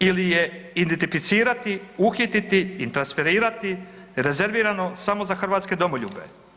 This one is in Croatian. Ili je identificirati, uhititi i transferirati rezervirano samo za hrvatske domoljube?